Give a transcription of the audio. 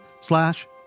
slash